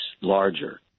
larger